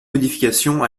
modifications